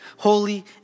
holy